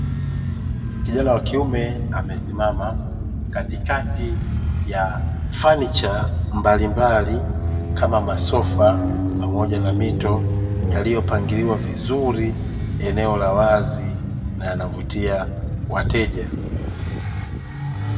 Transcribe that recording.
Kijana wa kiume amesimama katikati ya fanicha mbalimbali, kama masofa pamoja na mito, yaliyo pangiliwa vizuri eneo la wazi na yanavutia wateja.